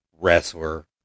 wrestler